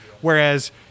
whereas